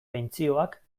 pentsioak